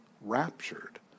raptured